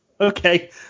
Okay